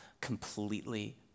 completely